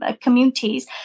communities